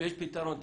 ויש פתרון טכני,